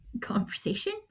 conversation